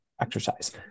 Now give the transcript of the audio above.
exercise